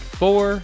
four